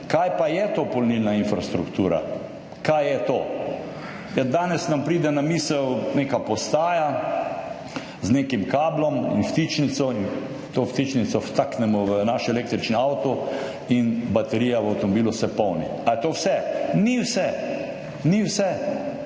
Kaj pa je to polnilna infrastruktura? Danes nam pride na misel neka postaja z nekim kablom in vtičnico, to vtičnico vtaknemo v naš električni avto in baterija v avtomobilu se polni. Ali je to vse? Ni vse.